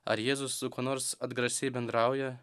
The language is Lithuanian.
ar jėzus su kuo nors atgrasiai bendrauja